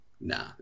nah